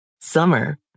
Summer